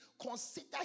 consider